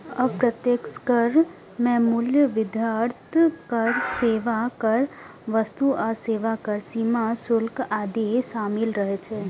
अप्रत्यक्ष कर मे मूल्य वर्धित कर, सेवा कर, वस्तु आ सेवा कर, सीमा शुल्क आदि शामिल रहै छै